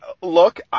look